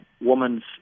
woman's